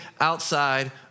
outside